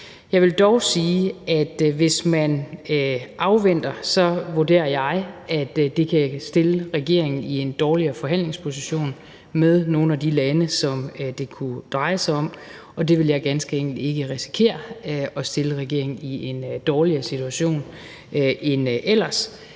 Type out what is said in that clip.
Jeg vil dog sige, at hvis man afventer, vurderer jeg, at det kan stille regeringen i en dårligere forhandlingsposition med nogle af de lande, som det kunne dreje sig om, og jeg vil ganske enkelt ikke risikere at stille regeringen i en dårligere situation end ellers.